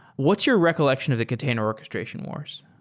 what's your recollection of the container orches tration wars?